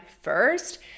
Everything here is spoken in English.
first